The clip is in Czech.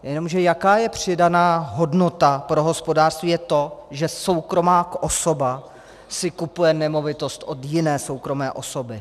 Jenže jaká je přidaná hodnota pro hospodářství to, že soukromá osoba si kupuje nemovitost od jiné soukromé osoby?